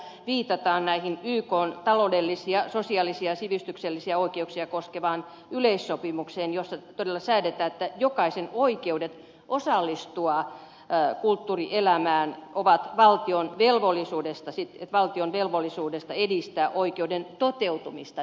vielä viitataan ykn taloudellisia sosiaalisia ja sivistyksellisiä oikeuksia koskevaan yleissopimukseen jossa todella säädetään että jokaisella on oikeudet osallistua kulttuurielämään ja on valtion velvollisuus edistää oikeuden toteutumista